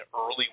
early